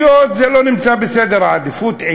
זה לא נמצא בראש סדר העדיפויות של הרשויות.